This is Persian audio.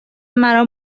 مرا